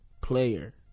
player